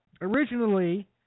originally